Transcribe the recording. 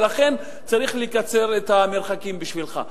ולכן צריך לקצר את המרחקים בשבילך.